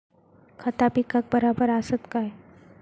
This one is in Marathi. खता पिकाक बराबर आसत काय?